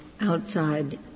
outside